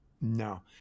No